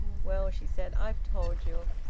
well, she said. i've told you.